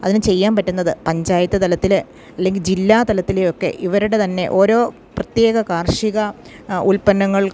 അതിന് ചെയ്യാൻ പറ്റുന്നത് പഞ്ചായത്തുതലത്തില് അല്ലെങ്കില് ജില്ലാതലത്തിലെയൊക്കെ ഇവരുടെ തന്നെ ഓരോ പ്രത്യേക കാർഷികോൽപ്പന്നങ്ങൾ